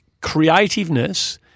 creativeness